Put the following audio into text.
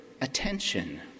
attention